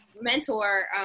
mentor